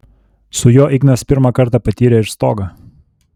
su juo ignas pirmą kartą patyrė ir stogą